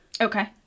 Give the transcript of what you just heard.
okay